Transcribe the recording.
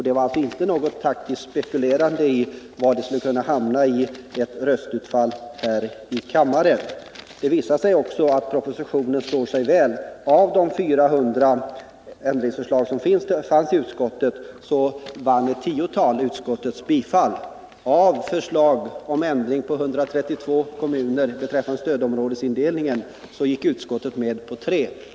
Det är alltså inte resultatet av något taktiskt spekulerande i vilket röstutfallet skulle kunna bli här i kamma Det visar sig också att propositionen står sig väl. Av de ca 400 ändringsförslag som fanns vid utskottsbehandlingen vann ett tiotal utskottets gehör. Beträffande stödområdesindelningen förelåg förslag om ändring när det gällde 132 kommuner. Utskottet gick med på tre.